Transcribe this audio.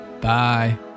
bye